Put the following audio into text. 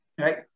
right